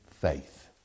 faith